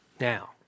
Now